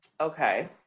Okay